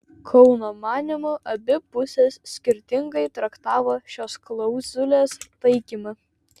kauno manymu abi pusės skirtingai traktavo šios klauzulės taikymą